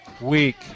week